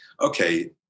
okay